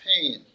pain